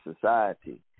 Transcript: society